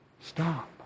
stop